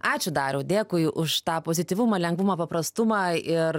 ačiū dariau dėkui už tą pozityvumą lengvumą paprastumą ir